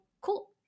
cool